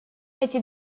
эти